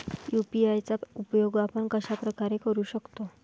UPI चा उपयोग आपण कशाप्रकारे करु शकतो?